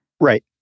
Right